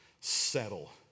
settle